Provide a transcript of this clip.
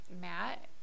Matt